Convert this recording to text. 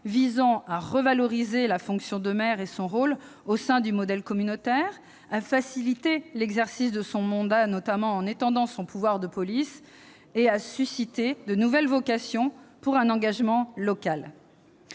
visant à revaloriser la fonction de maire et son rôle au sein du modèle communautaire, à faciliter l'exercice de son mandat, notamment en étendant son pouvoir de police, et à susciter de nouvelles vocations pour un engagement local.